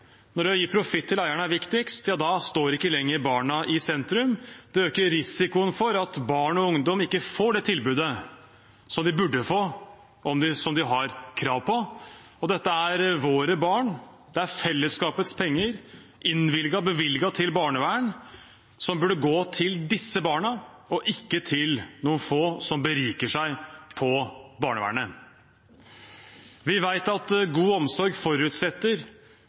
når det skjer, når det å gi profitt til eierne er viktigst, står ikke lenger barna i sentrum. Det øker risikoen for at barn og ungdom ikke får det tilbudet som de burde få, og som de har krav på. Dette er våre barn, og det er fellesskapets penger, bevilget til barnevern, som burde gå til disse barna og ikke til noen få som beriker seg på barnevernet. Vi vet at god omsorg forutsetter